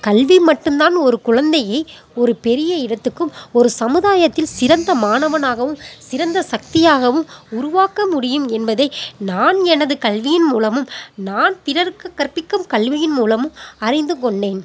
கல்வி மட்டும் தான் ஒரு குழந்தையை ஒரு பெரிய இடத்துக்கும் ஒரு சமுதாயத்தில் சிறந்த மாணவனாகவும் சிறந்த சக்தியாகவும் உருவாக்க முடியும் என்பதை நான் எனது கல்வியின் மூலமும் நான் பிறருக்குக் கற்பிக்கும் கல்வியின் மூலமும் அறிந்து கொண்டேன்